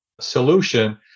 solution